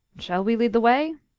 shall we lead the way?